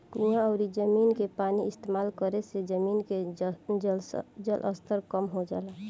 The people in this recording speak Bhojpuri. कुवां अउरी जमीन के पानी इस्तेमाल करे से जमीन के जलस्तर कम हो जाला